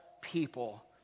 people